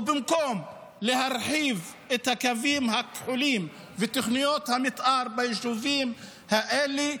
ובמקום להרחיב את הקווים הכחולים ותוכניות המתאר ביישובים האלה,